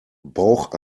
bauch